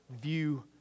view